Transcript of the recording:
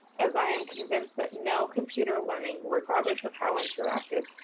as i am convinced that no computer learning, regardless of how interactive,